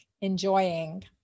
enjoying